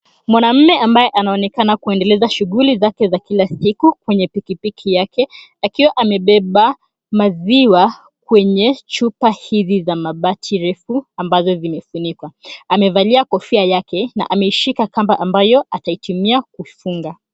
Mwanamme ambaye anaonekana kuendeleza shughuli zake za kila siku kwenye pikipiki yake akiwa amebeba maziwa kwenye chupa hizi za mabati refu ambazo zimefunikwa. Amevalia kofia yake na ameishika kamba ambayo ataitumia kufunga.